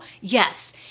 Yes